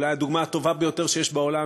אולי הדוגמה הטובה ביותר שיש בעולם,